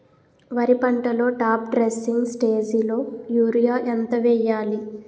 వరి పంటలో top dressing స్టేజిలో యూరియా ఎంత వెయ్యాలి?